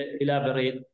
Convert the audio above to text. elaborate